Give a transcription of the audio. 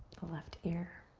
the left ear.